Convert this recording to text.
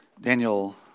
Daniel